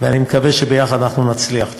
ואני מקווה שיחד אנחנו נצליח.